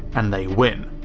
and they win.